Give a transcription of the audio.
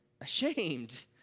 ashamed